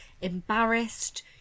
embarrassed